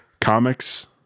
comics